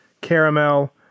caramel